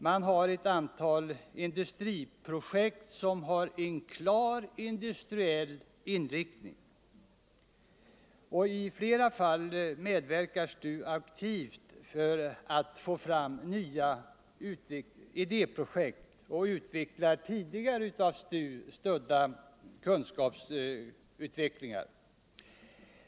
Man har ett antal idéprojekt med klar industriell inriktning, och i flera fall medverkar STU aktivt för att få fram nya idéprojekt och utveckla tidigare STU-stödda kunskapsutvecklingar.